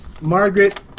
Margaret